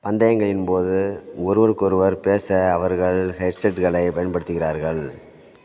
பந்தயங்களின் போது ஒருவருக்கொருவர் பேச அவர்கள் ஹெட்செட்களை பயன்படுத்துகிறார்கள்